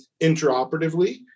interoperatively